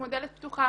כמו דלת פתוחה,